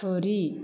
थुरि